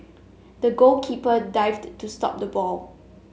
the goalkeeper dived to stop the ball